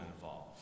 involved